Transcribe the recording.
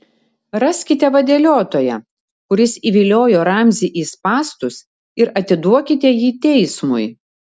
raskite vadeliotoją kuris įviliojo ramzį į spąstus ir atiduokite jį teismui